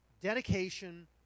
dedication